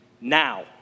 now